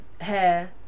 hair